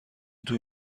توی